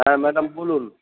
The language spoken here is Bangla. হ্যাঁ ম্যাডাম বলুন